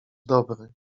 dobry